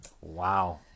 Wow